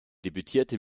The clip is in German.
debütierte